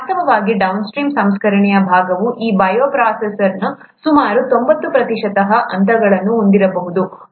ವಾಸ್ತವವಾಗಿ ಡೌನ್ಸ್ಟ್ರೀಮ್ ಸಂಸ್ಕರಣೆಯ ಭಾಗವು ಈ ಬಯೋಪ್ರೊಸೆಸ್ನ ಸುಮಾರು 90 ಪ್ರತಿಶತ ಹಂತಗಳನ್ನು ಹೊಂದಿರಬಹುದು